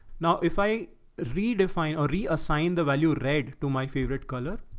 now, if i redefine or reassign the value red to my favorite color,